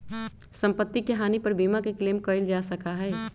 सम्पत्ति के हानि पर बीमा के क्लेम कइल जा सका हई